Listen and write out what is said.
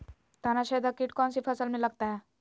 तनाछेदक किट कौन सी फसल में लगता है?